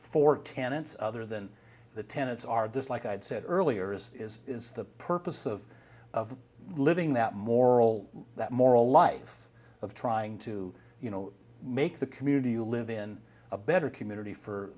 four tenets other than the tenets are this like i had said earlier is is is the purpose of of living that moral that moral life of trying to you know make the community you live in a better community for